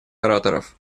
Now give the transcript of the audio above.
ораторов